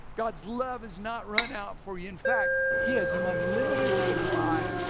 god's love has not run out for you. in fact he has an unlimited supply.